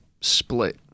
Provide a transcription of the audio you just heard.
split